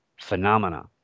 phenomena